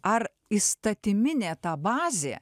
ar įstatyminė ta bazė